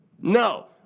No